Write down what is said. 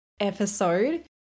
Episode